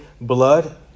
blood